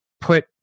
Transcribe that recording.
put